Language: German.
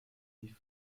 die